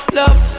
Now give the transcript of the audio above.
love